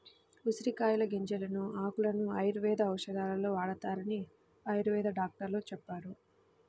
ఉసిరికాయల గింజలను, ఆకులను ఆయుర్వేద ఔషధాలలో వాడతారని ఆయుర్వేద డాక్టరు చెప్పారు